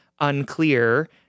unclear